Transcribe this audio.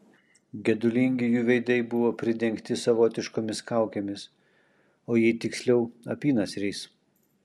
gedulingi jų veidai buvo pridengti savotiškomis kaukėmis o jei tiksliau apynasriais